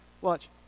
watch